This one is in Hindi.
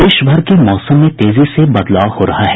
प्रदेशभर के मौसम में तेजी से बदलाव हो रहा है